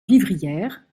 vivrières